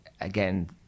again